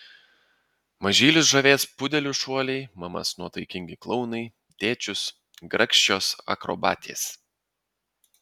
mažylius žavės pudelių šuoliai mamas nuotaikingi klounai tėčius grakščios akrobatės